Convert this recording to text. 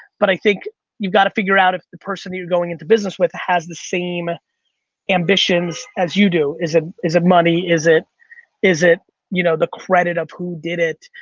but i think you've gotta figure out if the person you're going into business with has the same ambitions as you do. is it money? is it is it you know the credit of who did it?